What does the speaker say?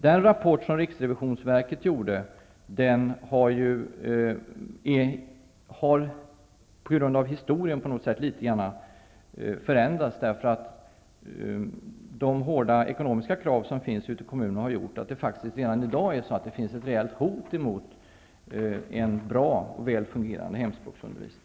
Den rapport som riksrevisionsverket kom med har förändrats, litet på grund av historien, då de hårda ekonomiska kraven ute i kommunerna har gjort att det redan i dag finns ett reellt hot mot en bra och väl fungerande hemspråksundervisning.